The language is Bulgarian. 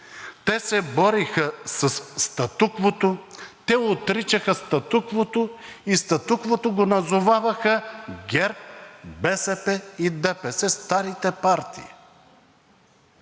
те се бориха със статуквото, те отричаха статуквото, и статуквото го назоваваха ГЕРБ, БСП и ДПС – старите партии.